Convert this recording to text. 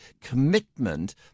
commitment